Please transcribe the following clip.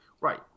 Right